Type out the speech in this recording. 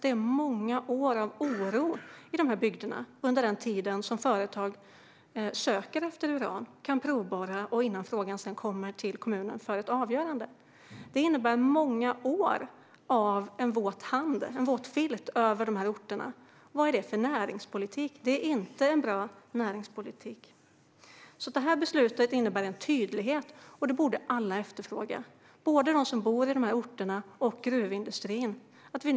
Det blir många år av oro i bygderna under tiden då företagen söker efter uran, kan provborra och innan frågan kommer till kommunen för ett avgörande. Det innebär många år av en våt filt över dessa orter. Vad är det för näringspolitik? Det är inte en bra näringspolitik. Detta beslut innebär en tydlighet, och det borde alla, både de som bor på berörda orter och gruvindustrin, efterfråga.